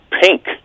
pink